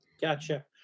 gotcha